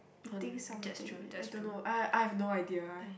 eating something I don't know I I have no idea